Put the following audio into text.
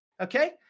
Okay